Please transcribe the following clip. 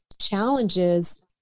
challenges